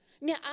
Now